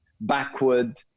backward